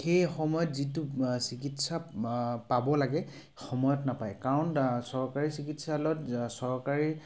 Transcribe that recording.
সেই সময়ত যিটো চিকিৎসা পাব লাগে সময়ত নাপায় কাৰণ চৰকাৰী চিকিৎসালয়ত চৰকাৰী